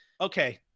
okay